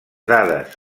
dades